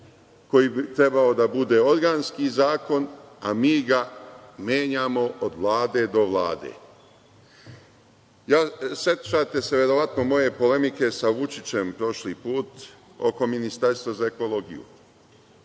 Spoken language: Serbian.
koji bi trebalo da bude organski zakon, a mi ga menjamo od Vlade do Vlade.Sećate se verovatno moje polemike sa Vučićem prošli put oko ministarstva za ekologiju.